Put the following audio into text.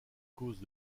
causse